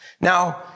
Now